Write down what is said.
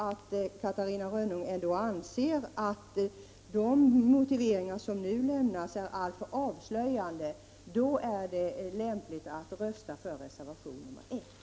Om Catarina Rönnung ändå anser att de motiveringar som nu lämnas är alltför avslöjande, då är det lämpligt att rösta för reservation 1.